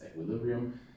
equilibrium